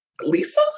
Lisa